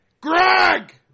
Greg